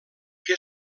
que